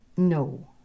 No